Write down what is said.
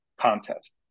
contest